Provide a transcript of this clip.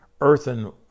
earthen